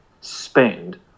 spend